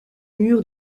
mur